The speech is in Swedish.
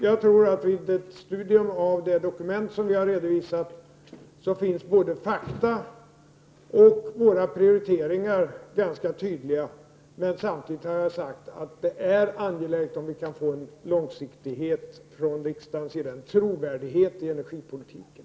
Jag tror att man vid ett studium av det dokument som vi har redovisat kan upptäcka att både fakta och våra prioriteringar finns ganska tydligt angivna. Samtidigt har jag sagt att det är angeläget att vi kan få en långsiktighet från riksdagens sida, en trovärdighet i energipolitiken.